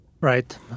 right